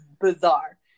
bizarre